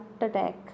attack